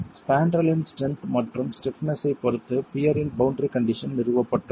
ஸ்பாண்ட்ரல்லின் strength மற்றும் stiffness ஐப் பொறுத்து பியர் இன் பௌண்டரி கண்டிஷன் நிறுவப்பட்டுள்ளது